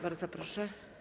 Bardzo proszę.